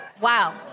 Wow